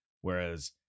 whereas